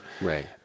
Right